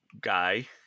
guy